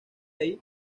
ahí